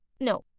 No